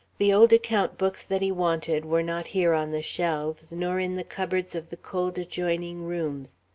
the old account books that he wanted were not here on the shelves, nor in the cupboards of the cold adjoining rooms.